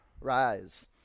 rise